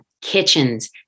kitchens